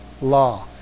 law